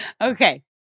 Okay